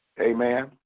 Amen